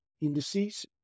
indices